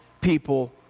people